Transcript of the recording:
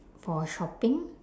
for shopping